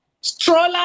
Stroller